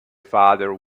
father